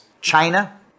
China